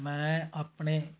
ਮੈਂ ਆਪਣੇ